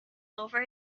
over